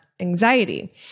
anxiety